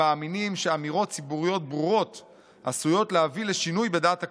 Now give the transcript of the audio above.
הם מאמינים שאמירות ציבוריות ברורות עשויות להביא לשינוי בדעת הקהל.